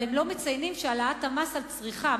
אבל הם לא מציינים שהעלאת המס על צריכה,